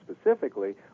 specifically